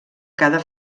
cada